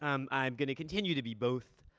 um i'm going to continue to be both,